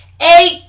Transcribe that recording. Eight